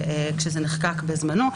כשזה נחקק בזמנו,